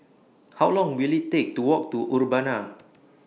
How Long Will IT Take to Walk to Urbana